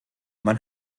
man